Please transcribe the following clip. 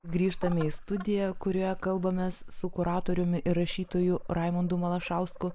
grįžtame į studiją kurioje kalbamės su kuratoriumi ir rašytoju raimundu malašausku